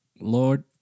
Lord